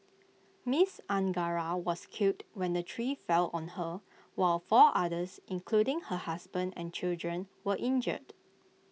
miss Angara was killed when the tree fell on her while four others including her husband and children were injured